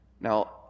Now